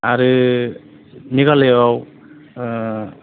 आरो मेघालयाव